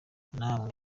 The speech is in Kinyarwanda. namwe